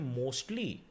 mostly